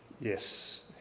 yes